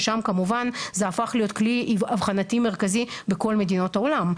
ששם כמובן זה הפך להיות כלי אבחנתי מרכזי בכל מדינות העולם.